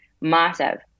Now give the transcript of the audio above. massive